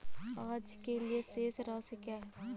आज के लिए शेष राशि क्या है?